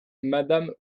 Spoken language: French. mme